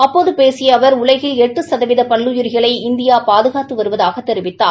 அப்போது பேசிய அவர் உலகில் எட்டு சதவீத பல்லுயிரிகளை இந்தியா பாதுகாத்து வருவதாகத் தெரிவித்தார்